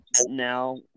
now